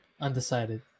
undecided